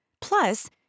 Plus